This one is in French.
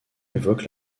évoque